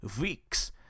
Weeks